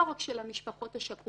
לא רק של המשפחות השכולות,